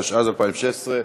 התשע"ז 2016,